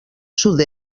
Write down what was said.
sud